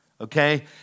okay